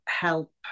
help